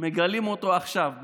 מגלים אותו עכשיו,